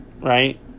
right